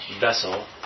vessel